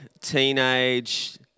teenage